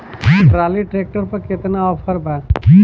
Trolley tractor पर केतना offer बा?